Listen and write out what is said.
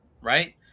right